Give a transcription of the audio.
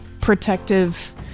protective